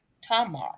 Tamar